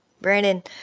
Brandon